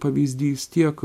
pavyzdys tiek